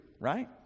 right